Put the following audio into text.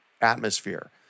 atmosphere